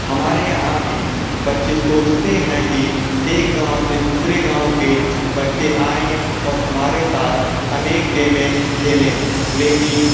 हमारे यहाँ भी बच्चे सोचते हैं कि एक गाँव से दूसरे गाँव के बच्चे आएँ और हमारे साथ अनेक गेमें खेलें लेकिन